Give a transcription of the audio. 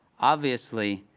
obviously,